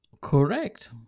Correct